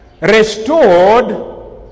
restored